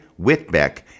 Whitbeck